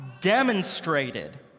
demonstrated